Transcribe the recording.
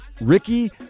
Ricky